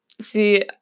See